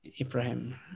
Ibrahim